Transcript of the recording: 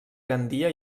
gandia